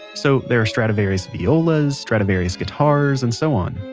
so, there are stradivarius violas, stradivarius guitars, and so on.